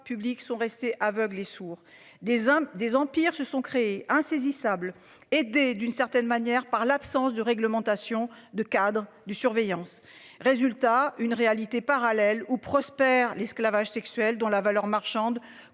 publics sont restés aveugles et sourds des hein des empires se sont créés insaisissable et d'une certaine manière par l'absence de réglementation de cadres du surveillance résultat une réalité parallèle où prospèrent l'esclavage sexuel dont la valeur marchande